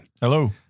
Hello